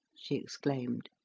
she exclaimed,